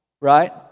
Right